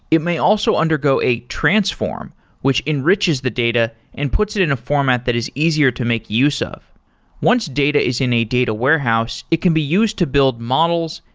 it may also undergo a transform which enriches the data and puts it in a format that is easier to make use of once data is in a data warehouse, it can be used to build models,